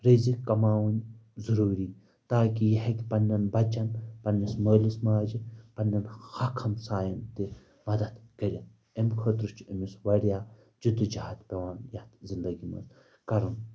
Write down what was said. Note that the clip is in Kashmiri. ریٖزق کماوٕنۍ ضٔروٗری تاکہِ یہِ ہیٚکہِ پنٛنٮ۪ن بَچن پنٛنِس مٲلِس ماجہِ پنٛنٮ۪ن حق ہمسایَن تہِ مدد کٔرِتھ اَمہِ خٲطرٕ چھُ أمِس وارِیاہ جدو جہد پٮ۪وان یَتھ زندگی منٛز کَرُن